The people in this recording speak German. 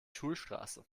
schulstraße